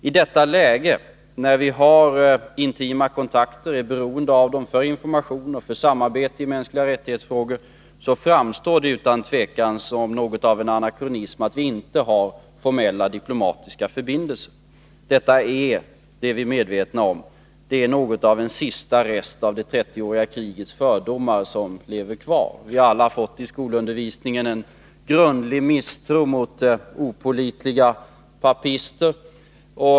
I detta läge, när vi har intima kontakter med och är beroende av dessa för information och samarbete i frågor rörande mänskliga rättigheter, så framstår det utan tvivel som något av en anakronism att vi inte har formella diplomatiska förbindelser. Detta är — det är vi medvetna om — något av en sista rest av det 30-åriga krigets fördomar som lever kvar. Vi har alla i skolundervisningen fått en grundlig misstro mot opålitliga papister.